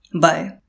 Bye